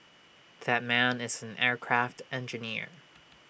that man is an aircraft engineer